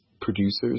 producers